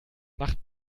macht